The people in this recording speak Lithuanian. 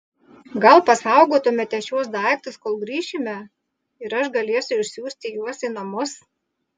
gal pasaugotumėte šiuos daiktus kol grįšime ir aš galėsiu išsiųsti juos į namus